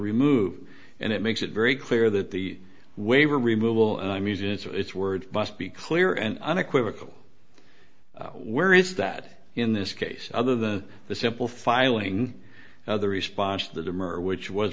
remove and it makes it very clear that the waiver removal i'm using its word must be clear and unequivocal where is that in this case other than the simple filing now the response to the demur which was